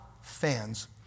fans